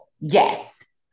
Yes